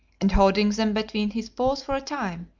and holding them between his paws for a time,